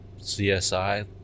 CSI